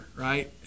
right